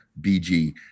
bg